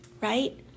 Right